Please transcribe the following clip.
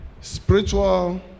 Spiritual